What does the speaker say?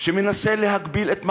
שמנסה להגביל את מחשבתנו,